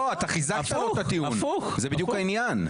לא, אתה חיזקת לו את הטיעון, זה בדיוק העניין.